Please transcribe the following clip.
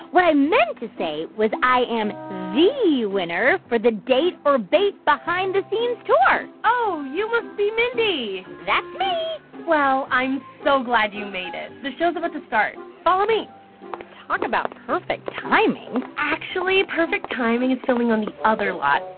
what i meant to say was i am the winner for the date or bait behind-the-scenes tour oh, you must be mindy that's me well, i'm so glad you made it. the show's about to start. follow me talk about perfect timing actually, perfect timing is filming on the other lot.